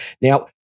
Now